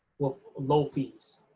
with low fees.